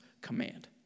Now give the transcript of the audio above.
command